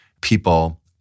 people